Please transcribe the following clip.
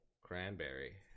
cranberry